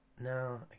no